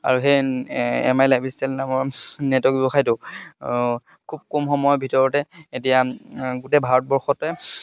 আৰু সেই M I lifestyle নামৰ নেটৱৰ্ক ব্যৱসায়টো খুব কম সময়ৰ ভিতৰতে এতিয়া গোটেই ভাৰতবৰ্ষতে